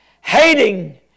hating